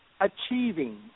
achieving